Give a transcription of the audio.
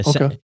Okay